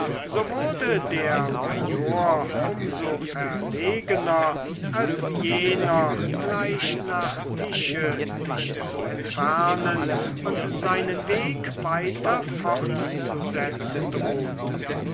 so wurde der major um so verlegener als jener gleich nach tische sich zu entfernen und seinen weg weiter fortzusetzen drohte